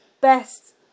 best